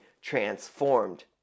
transformed